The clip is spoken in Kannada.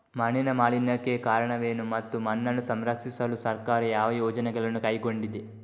ಮಣ್ಣಿನ ಮಾಲಿನ್ಯಕ್ಕೆ ಕಾರಣವೇನು ಮತ್ತು ಮಣ್ಣನ್ನು ಸಂರಕ್ಷಿಸಲು ಸರ್ಕಾರ ಯಾವ ಯೋಜನೆಗಳನ್ನು ಕೈಗೊಂಡಿದೆ?